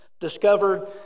Discovered